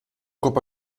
cop